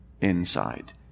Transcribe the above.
inside